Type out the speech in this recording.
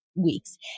weeks